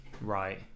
Right